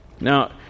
Now